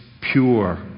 pure